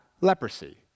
leprosy